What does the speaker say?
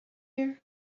here